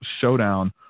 showdown